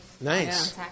nice